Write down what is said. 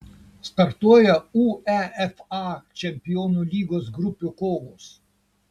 startuoja uefa čempionų lygos grupių kovos